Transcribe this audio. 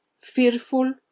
fearful